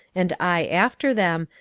and i after them,